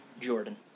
Jordan